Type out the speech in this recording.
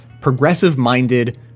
progressive-minded